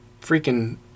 freaking